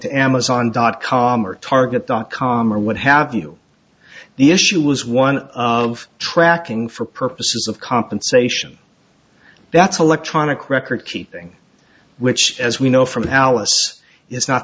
to amazon dot com or target dot com or what have you the issue was one of tracking for purposes of compensation that's electronic record keeping which as we know from house is not